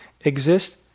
exist